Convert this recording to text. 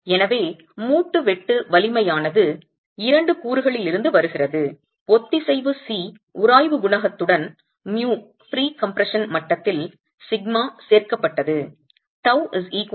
எனவே மூட்டின் வெட்டு வலிமையானது இரண்டு கூறுகளிலிருந்து வருகிறது ஒத்திசைவு © உராய்வு குணகத்துடன் μ ப்ரீகம்ப்ரஷன் மட்டத்தில் σ சேர்க்கப்பட்டது